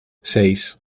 seis